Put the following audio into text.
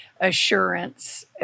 assurance